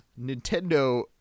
Nintendo